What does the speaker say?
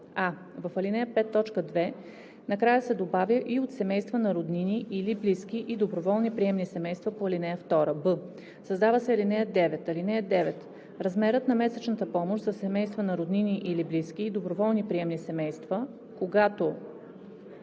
а) в ал. 5, т. 2 накрая се добавя „и от семейства на роднини или близки и доброволни приемни семейства по ал. 2“. б) Създава се ал. 9: „(9) Размерът на месечната помощ за семейства на роднини или близки и доброволни приемни семейства, когато